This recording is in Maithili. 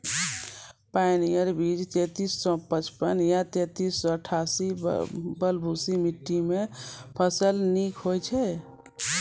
पायोनियर बीज तेंतीस सौ पचपन या तेंतीस सौ अट्ठासी बलधुस मिट्टी मे फसल निक होई छै?